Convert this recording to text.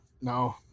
No